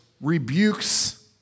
rebukes